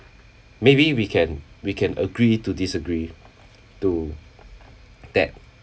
maybe we can we can agree to disagree to that